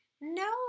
No